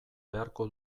beharko